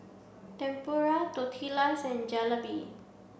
Tempura Tortillas and Jalebi